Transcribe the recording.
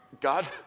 God